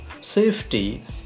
safety